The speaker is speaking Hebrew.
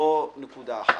זו נקודה אחת.